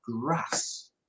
grass